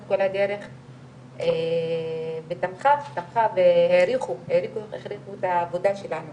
כל הדרך ותמכה והעריכו את העבודה שלנו,